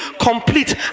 complete